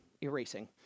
erasing